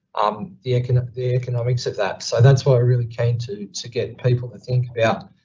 um, the, kind of the economics of that. so that's what i'm really keen to to get people to think about,